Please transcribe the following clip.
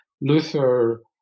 Luther